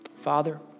Father